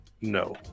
No